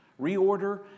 Reorder